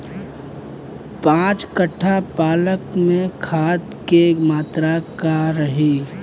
पाँच कट्ठा पालक में खाद के मात्रा का रही?